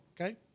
okay